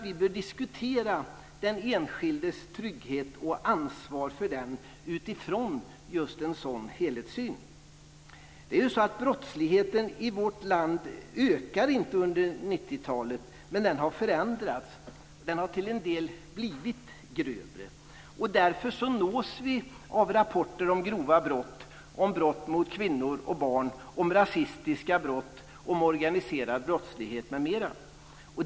Vi bör diskutera den enskildes trygghet och ansvaret för den just utifrån en sådan helhetssyn. Brottsligheten i vårt land ökade inte under 90 talet. Men den har förändrats. Den har till en del blivit grövre. Därför nås vi av rapporter om grova brott, brott mot kvinnor och barn, rasistiska brott, organiserad brottslighet m.m.